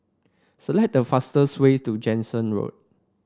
select the fastest way to Jansen Road